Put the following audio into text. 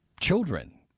children